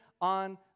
on